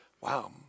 wow